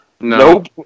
Nope